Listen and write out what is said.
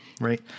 Right